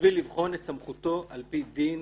בשביל לבחון את סמכותו על-פי דין